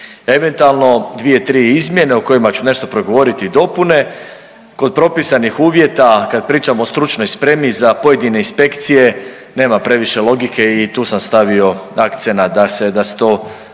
eventualno 2-3 izmjene o kojima ću nešto progovoriti i dopune. Kod propisanih uvjeta kad pričamo o stručnoj spremi za pojedine inspekcije nema previše logike i tu sam stavio akcenat da se, da